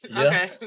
Okay